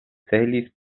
celis